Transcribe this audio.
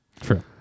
True